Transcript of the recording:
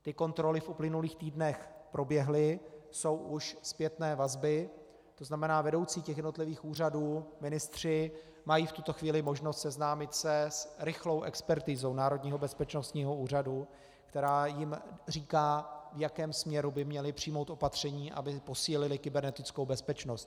Ty kontroly v uplynulých týdnech proběhly, jsou už zpětné vazby, tzn. vedoucí těch jednotlivých úřadů, ministři, mají v tuto chvíli možnost seznámit se s rychlou expertizou Národního bezpečnostního úřadu, která jim říká, v jakém směru by měli přijmout opatření, aby posílili kybernetickou bezpečnost.